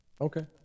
Okay